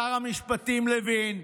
שר המשפטים לוין,